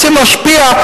רוצים להשפיע,